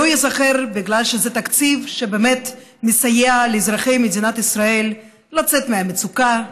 לא ייזכר בגלל שזה תקציב שבאמת מסייע לאזרחי מדינת ישראל לצאת מהמצוקה,